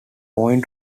point